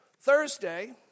Thursday